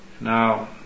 Now